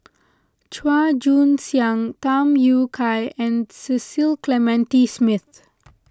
Chua Joon Siang Tham Yui Kai and Cecil Clementi Smith